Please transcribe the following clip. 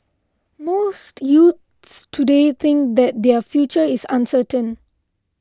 most youths today think that their future is uncertain